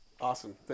Awesome